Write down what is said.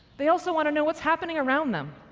they also want to know what's happening around them,